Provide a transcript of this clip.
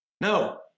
no